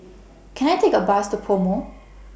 Can I Take A Bus to Pomo